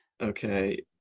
Okay